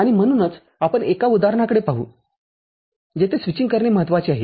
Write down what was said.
आणि म्हणूनचआपण एका उदाहरणाकडे पाहू जिथे स्विचिंग करणे महत्वाचे आहे